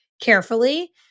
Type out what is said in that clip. carefully